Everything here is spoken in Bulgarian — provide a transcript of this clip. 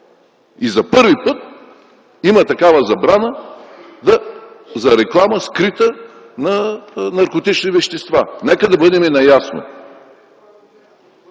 За първи път има такава забрана за скрита реклама на наркотични вещества. Нека да бъдем наясно.